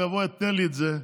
הוא יבוא וייתן לי את זה.